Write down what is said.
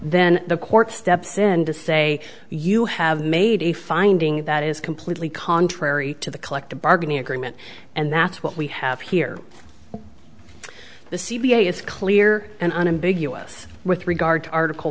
then the court steps in to say you have made a finding that is completely contrary to the collective bargaining agreement and that's what we have here the c v a is clear and unambiguous with regard to article